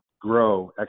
grow